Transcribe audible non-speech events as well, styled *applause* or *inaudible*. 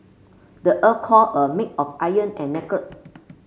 the earth core a made of iron and nickel *noise*